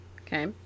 okay